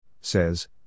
says